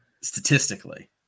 Statistically